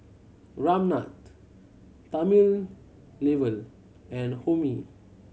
Ramnath Thamizhavel and Homi